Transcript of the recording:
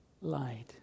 light